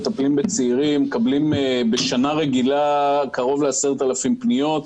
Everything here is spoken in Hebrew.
מטפלים בצעירים ומקבלים בשנה רגילה כ-10,000 פניות.